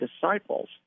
disciples